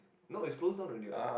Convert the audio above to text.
no it's closed down already what